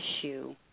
issue